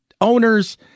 owners